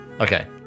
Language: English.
Okay